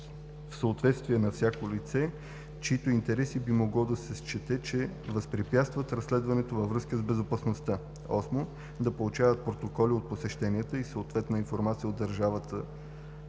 в отсъствието на всяко лице, чиито интереси би могло да се счете, че възпрепятстват разследването във връзка с безопасността; 8. да получават протоколи от посещенията и съответна информация от държавата